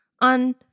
on